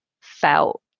felt